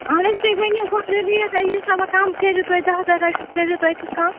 اَہن حظ تُہۍ ؤنِو گۄڈٕ ریٹَہ ییٖژاہ وۄنۍ کَم کٔرِو تویتہِ دَہ دَہ رۄپیہِ کٔرِو تویتہِ کَم